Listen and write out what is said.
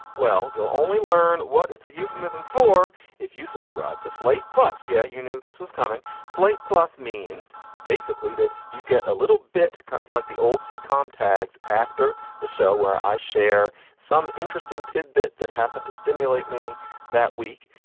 well, you'll only learn what it's a euphemism for if you subscribe to slate. plus, yeah, you knew this was coming. slate plus means basically that you get a little bit kind of like the old sitcom tag's after the show where i share some interesting tidbit that happened to stimulate me that week.